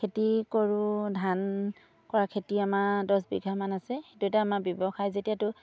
খেতি কৰোঁ ধান কৰা খেতি আমাৰ দহ বিঘামান আছে সেইটো এটা আমাৰ ব্যৱসায় যেতিয়াতো